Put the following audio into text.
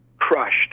crushed